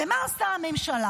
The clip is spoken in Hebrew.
ומה עושה הממשלה?